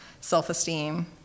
self-esteem